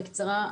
בקצרה,